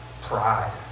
pride